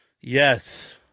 Yes